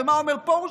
מה אומר פרוש?